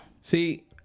See